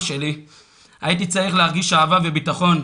שלי הייתי צריך להרגיש אהבה וביטחון,